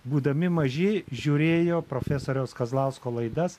būdami maži žiūrėjo profesoriaus kazlausko laidas